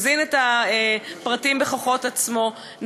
מזין את הפרטים בכוחות עצמו,